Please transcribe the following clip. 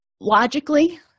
Logically